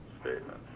statement